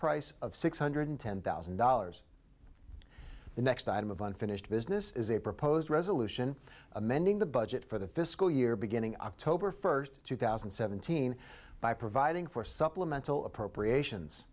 price of six hundred ten thousand dollars the next item of unfinished business is a proposed resolution amending the budget for the fiscal year beginning october first two thousand and seventeen by providing for supplemental appropriations